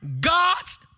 God's